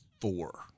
four